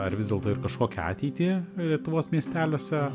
ar vis dėlto ir kažkokią ateitį lietuvos miesteliuose